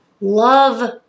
love